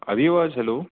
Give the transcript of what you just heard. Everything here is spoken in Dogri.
आ दी अवाज़ हैलो